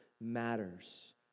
matters